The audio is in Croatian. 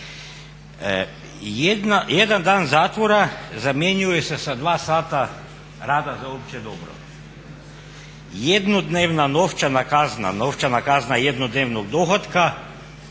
Jedan dan zatvora zamjenjuje se sa 2 sata rada za opće dobro. Jednodnevna novčana kazna, novčana kazna jednodnevnog dohotka